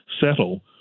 settle